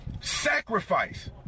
Sacrifice